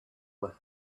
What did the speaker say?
with